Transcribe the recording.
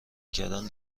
کردن